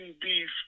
Beef